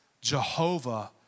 Jehovah